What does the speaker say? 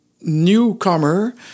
newcomer